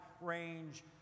range